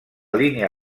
línia